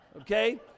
okay